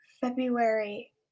February